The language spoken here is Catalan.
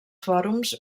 fòrums